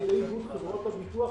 את האירועים שהיו בעניין הזה,